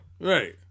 Right